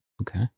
okay